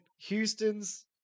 Houston's